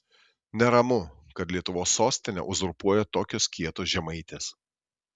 neramu kad lietuvos sostinę uzurpuoja tokios kietos žemaitės